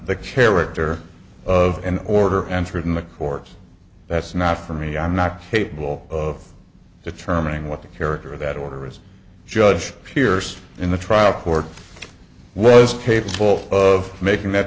the character of an order entered in the course that's not for me i'm not capable of determining what the character of that order is judge peers in the trial court was capable of making that